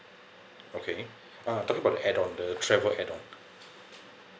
okay uh talking about the add on the travel add on